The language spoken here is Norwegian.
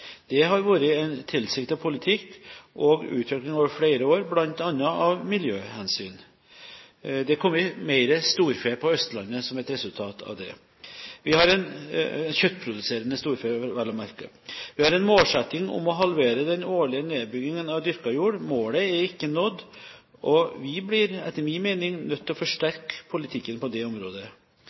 Det har vært en tilsiktet politikk og utvikling over flere år, bl.a. av miljøhensyn. Det har kommet mer storfe på Østlandet som et resultat av det – kjøttproduserende storfe, vel å merke. Vi har en målsetting om å halvere den årlige nedbyggingen av dyrka jord. Målet er ikke nådd, og vi blir, etter min mening, nødt til å forsterke politikken på det området.